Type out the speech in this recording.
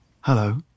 Hello